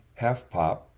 Halfpop